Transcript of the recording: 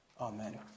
Amen